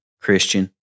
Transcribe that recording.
Christian